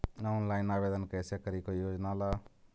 Online आवेदन कैसे करी कोई योजना ला?